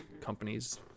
companies